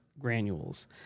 granules